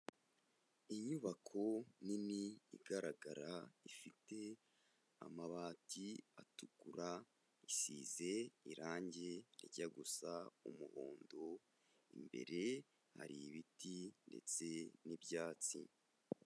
Inyubako nini igaragara ifite amabati atukura, isize irange rijya gusa umuhondo, imbere hari ibiti ndetse n'ibyatsi.